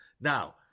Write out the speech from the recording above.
Now